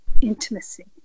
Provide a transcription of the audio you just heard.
intimacy